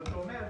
זאת אומרת,